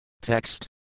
Text